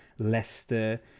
Leicester